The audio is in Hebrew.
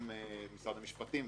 משרד המשפטים ואחרים,